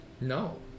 No